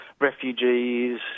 refugees